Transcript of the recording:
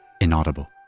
inaudible